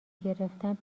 گرفتن